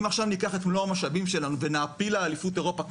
אם עכשיו ניקח את מלוא המשאבים שלנו ונעפיל לאליפות אירופה,